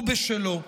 הוא בשלו.